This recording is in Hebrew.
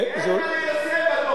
אין מה ליישם בדוח.